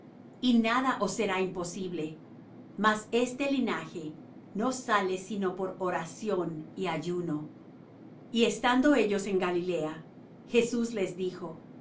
y nada os será imposible mas este linaje no sale sino por oración y ayuno y estando ellos en galilea jesús les dijo